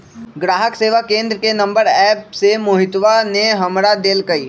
ग्राहक सेवा केंद्र के नंबर एप्प से मोहितवा ने हमरा देल कई